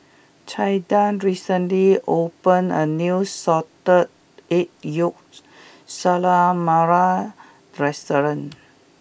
Caiden recently opened a new Salted Egg Yolk Calamari restaurant